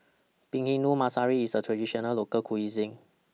Bhindi Masala IS A Traditional Local Cuisine